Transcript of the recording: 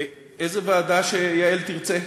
איזה ועדה שיעל תרצה.